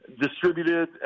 distributed